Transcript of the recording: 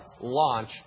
launch